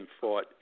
fought